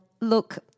look